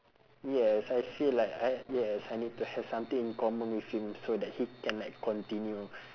yes I feel like I yes I need to have something in common with him so that he can like continue